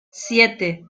siete